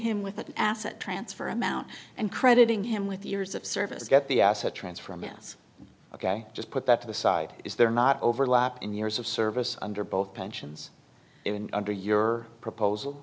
him with an asset transfer amount and crediting him with years of service get the asset transfer mess ok just put that to the side is there not overlap in years of service under both pensions even under your proposal